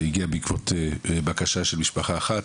זה הגיע בעקבות בקשה של משפחה אחת,